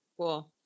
cool